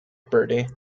bertie